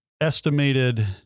estimated